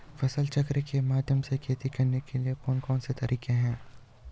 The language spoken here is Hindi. फसल चक्र के माध्यम से खेती करने के लिए कौन कौन से तरीके हैं?